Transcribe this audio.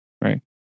right